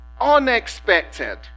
Unexpected